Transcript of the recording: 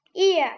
ear